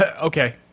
Okay